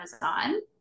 Amazon